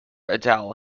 adele